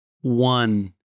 one